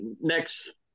next